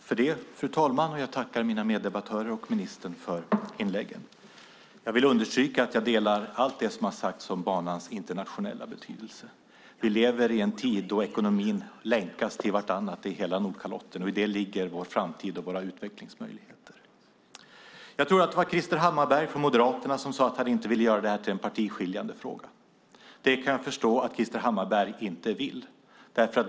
Fru talman! Jag tackar mina meddebattörer och ministern för inläggen. Jag vill understryka att jag instämmer i allt det som har sagts om banans internationella betydelse. Vi lever i en tid när ekonomierna länkas till varandra i hela Nordkalotten, och i det ligger vår framtid och våra utvecklingsmöjligheter. Jag tror att det var Krister Hammarbergh från Moderaterna som sade att han inte ville göra det här till en partiskiljande fråga. Det kan jag förstå att Krister Hammarbergh inte vill.